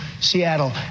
Seattle